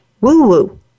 Woo-woo